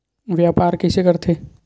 व्यापार कइसे करथे?